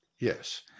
Yes